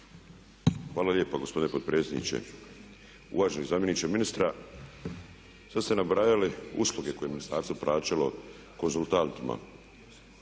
Hvala lijepo gospodine potpredsjedniče. Uvaženi zamjeniče ministra, sad ste nabrajali usluge koje je ministarstvo plaćalo konzultantima.